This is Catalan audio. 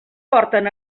porten